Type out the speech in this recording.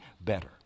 better